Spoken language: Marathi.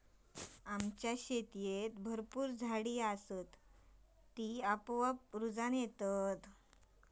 आमच्या शेतीत भरपूर झाडी असा ही आणि ती आपोआप रुजान येता